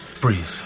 breathe